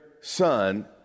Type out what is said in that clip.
son